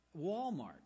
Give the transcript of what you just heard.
Walmart